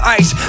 ice